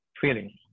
feeling